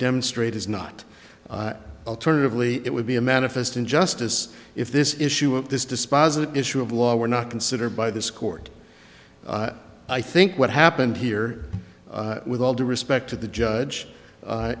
demonstrate is not alternatively it would be a manifest injustice if this issue of this dispositive issue of law were not considered by this court i think what happened here with all due respect to the judge